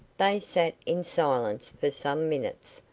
they sat in silence for some minutes,